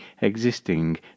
existing